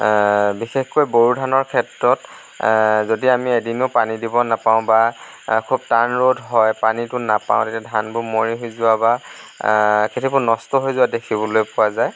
বিশেষকৈ বৰোধানৰ ক্ষেত্ৰত যদি আমি এদিনো পানী দিব নাপাওঁ বা খুব টান ৰ'দ হয় পানীটো নাপাওঁ তেতিয়া ধানবোৰ মৰহি যোৱা বা খেতিবোৰ নষ্ট হৈ যোৱা দেখিবলৈ পোৱা যায়